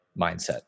mindset